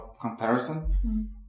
comparison